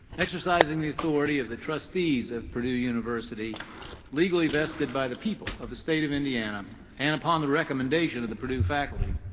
exercising the authority of the trustees of purdue university legally vested by the people of the state of indiana and upon the recommendation of the purdue faculty,